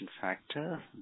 factor